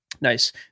Nice